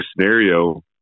scenario